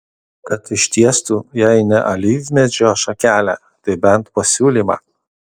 kad ištiestų jei ne alyvmedžio šakelę tai bent pasiūlymą